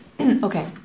Okay